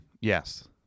Yes